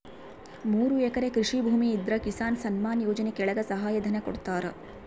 ಮೂರು ಎಕರೆ ಕೃಷಿ ಭೂಮಿ ಇದ್ರ ಕಿಸಾನ್ ಸನ್ಮಾನ್ ಯೋಜನೆ ಕೆಳಗ ಸಹಾಯ ಧನ ಕೊಡ್ತಾರ